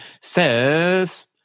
says